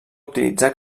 utilitzar